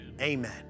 Amen